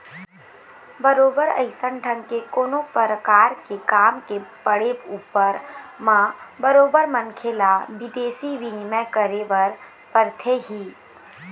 बरोबर अइसन ढंग के कोनो परकार के काम के पड़े ऊपर म बरोबर मनखे ल बिदेशी बिनिमय करे बर परथे ही